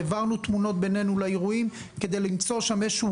העברנו תמונות בינינו לאירועים כדי למצוא שם איזשהו